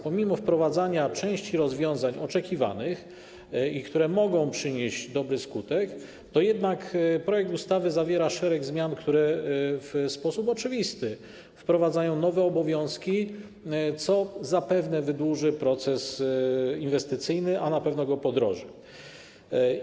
Pomimo wprowadzania części rozwiązań oczekiwanych, które mogą przynieść dobry skutek, projekt ustawy zawiera szereg zmian, które w sposób oczywisty wprowadzają nowe obowiązki, co zapewne wydłuży proces inwestycyjny, a na pewno go podroży.